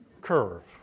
curve